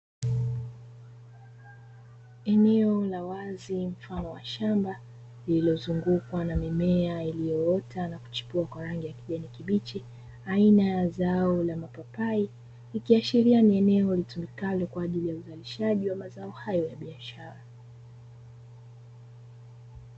Eneo la wazi mfano wa shamba lililozungukwa na mimea iliyoota na kuchipua kwa rangi ya kijani kibichi aina ya zao la mapapai, ikiashiria ni eneo litumikalo kwa ajili ya uzalishaji wa mazao hayo ya biashara.